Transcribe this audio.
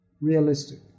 realistic